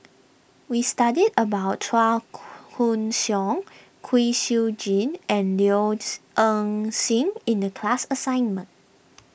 we studied about Chua Koon Siong Kwek Siew Jin and Low's Ing Sing in the class assignment